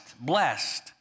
blessed